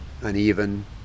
uneven